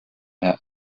der